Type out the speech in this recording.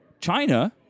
China